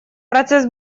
процесс